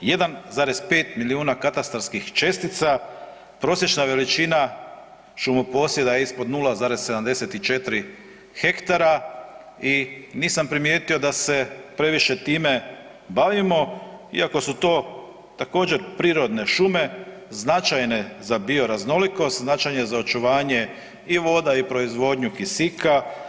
1,5 milijuna katastarskih čestica prosječna veličina šumoposjeda je ispod 0,74 hektara i nisam primijetio da se previše time bavimo iako su to također prirodne šume značajne za bioraznolikost, značajne za očuvanje i voda i proizvodnju kisika.